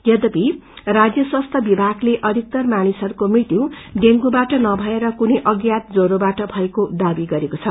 यद्यपि राजय स्वास्थ्य विभागले अधिकतर मानिसहस्को मृत्यु डेंगूबाट नभएर कुनै अज्ञात जवरोबाट भएको दावी गरेको छ